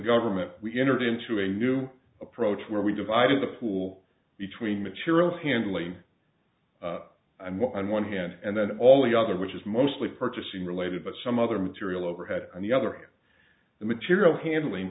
government we entered into a new approach where we divided the pool between materials handling and what on one hand and then all the other which is mostly purchasing related but some other material overhead on the other hand the material handling